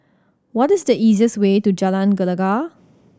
what is the easiest way to Jalan Gelegar